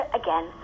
again